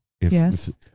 Yes